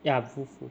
ya VooV VooV